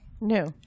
No